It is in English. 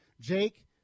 Jake